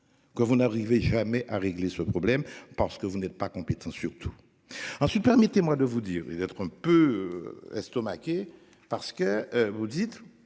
que vous n'arrivez jamais à régler ce problème, parce que vous n'êtes pas compétent surtout en permettez-moi de vous dire et d'être un peu estomaquée parce que vous dites.